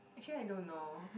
actually I don't know